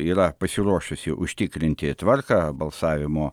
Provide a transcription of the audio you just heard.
yra pasiruošusi užtikrinti tvarką balsavimo